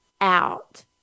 out